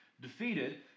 Defeated